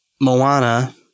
moana